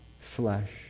flesh